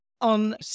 On